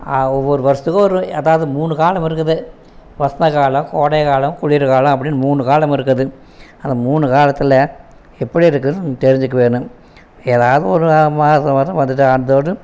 ஒவ்வொரு வருஷத்துக்கும் ஒரு அதாவது மூணு காலம் இருக்குது வசந்த காலம் கோடைக்காலம் குளிர் காலம் அப்படின்னு மூணு காலம் இருக்குது அந்த மூணு காலத்தில் எப்படி இருக்கணும்னு தெரிஞ்சிக்க வேணும் எதாவது ஒரு மாசம் வரும் வந்துட்டு அதோட